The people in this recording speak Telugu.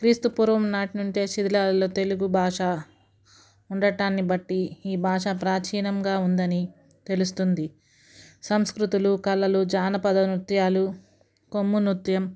క్రీస్తుపూర్వం నాటి నుంచే శిథిలాలలో తెలుగు భాష ఉండటాన్ని బట్టి ఈ భాషా ప్రాచీనంగా ఉందని తెలుస్తుంది సంస్కృతులు కళలు జానపద నృత్యాలు కొమ్ము నృత్యం